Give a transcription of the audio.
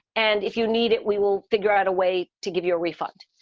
and if you need it, we will figure out a way to give you a refund.